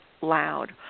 loud